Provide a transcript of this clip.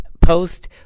post